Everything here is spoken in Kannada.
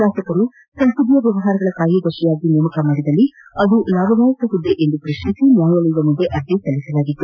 ಶಾಸಕರು ಸಂಸದೀಯ ವ್ಯವಹಾರಗಳ ಕಾರ್ಯದರ್ಶಿಯಾಗಿ ನೇಮಕ ಮಾಡಿದಲ್ಲಿ ಅದು ಲಾಭದಾಯಕ ಹುದ್ದೆ ಎಂದು ಪ್ರಶ್ನಿಸಿ ನ್ಯಾಯಾಲಯದ ಮುಂದೆ ಅರ್ಜಿ ಸಲ್ಲಿಸಲಾಗಿತ್ತು